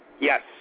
yes